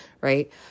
right